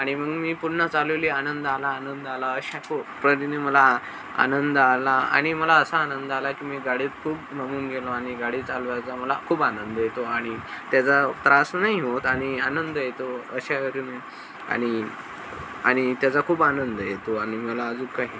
आणि मग मी पुन्हा चालवली आनंद आला आनंद आला अशा को मला आनंद आला आणि मला असा आनंद आला की मी गाडीत खूप रमून गेलो आणि गाडी चालवायचा मला खूप आनंद येतो आणि त्याचा त्रास नाही होत आणि आनंद येतो अशा वेळी मी आणि आणि त्याचा खूप आनंद येतो आणि मला अजून काही